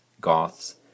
Goths